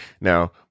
Now